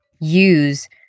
use